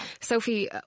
Sophie